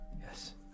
Yes